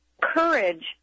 courage